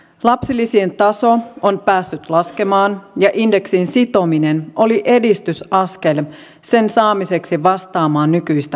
lapsilisien taso on päässyt laskemaan ja indeksiin sitominen oli edistysaskel sen saamiseksi vastaamaan nykyistä hintatasoa